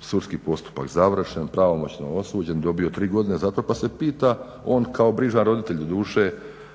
sudski postupak završen, pravomoćno osuđen, dobio 3 godine zatvora. Pa se pita on kao brižan roditelj doduše